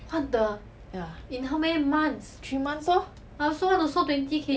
ya three months lor